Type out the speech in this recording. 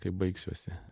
kai baigsiuosi